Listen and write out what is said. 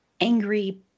angry